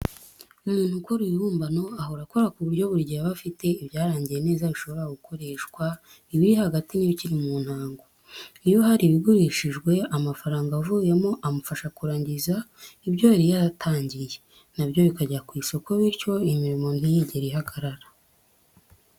Umuntu ukora ibibumbano ahora akora, ku buryo buri gihe aba afite ibyarangiye neza bishobora gukoreshwa, ibiri hagati n'ibikiri mu ntango. Iyo hari ibigurishijwe, amafaranga avuyemo amufasha kurangiza ibyo yari yaratangiye, nabyo bikajya ku isoko; bityo imirimo ntiyigere ihagarara.